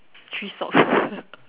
three socks